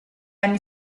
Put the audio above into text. anni